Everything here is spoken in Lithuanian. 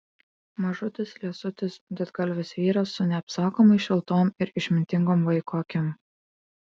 mažutis liesutis didgalvis vyras su neapsakomai šiltom ir išmintingom vaiko akim